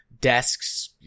desks